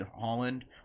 Holland